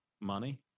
money